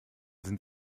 sind